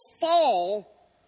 fall